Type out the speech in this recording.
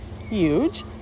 huge